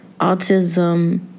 autism